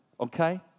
Okay